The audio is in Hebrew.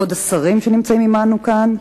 כבוד השרים שנמצאים עמנו כאן,